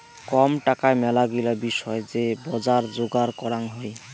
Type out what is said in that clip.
কম টাকায় মেলাগিলা বিষয় যে বজার যোগার করাং হই